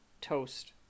Toast